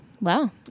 Wow